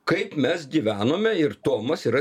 kaip mes gyvenome ir tomas yra